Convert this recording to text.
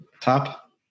Top